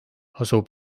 asub